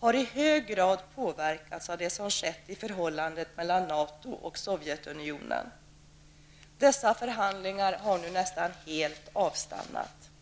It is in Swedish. har i hög grad påverkats av det som skett i förhållandet mellan NATO och Sovjetunionen. Dessa förhandlingar har nästan helt avstannat.